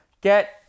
Get